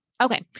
Okay